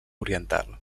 oriental